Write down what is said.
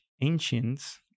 ancients